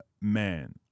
man